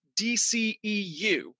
DCEU